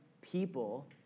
people